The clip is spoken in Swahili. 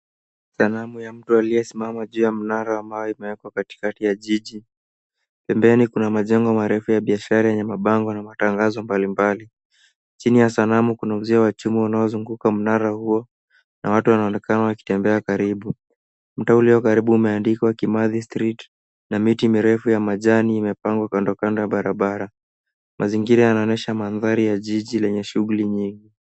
Sanamu ya mtu aliyesimama juu ya mnara wa mawe imewekwa katikati ya jiji. Pembeni kuna majengo marefu ya biashara yenye mabango na matangazo mbalimbali. Chini ya sanamu kuna uzio wa chuma unaozunguka mnara huo na watu wanaonekana wakitembea karibu. Mtaa ulio karibu umeandikwa Kimathi Street na miti mirefu ya majani imepandwa kando kando ya barabara. Mazingira yanaonyesha mandhari ya jiji lenye shughuli nyingi.